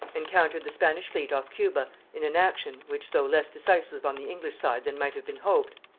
encountered the spanish fleet off cuba in an action, which, though less decisive on the english side than might have been hoped,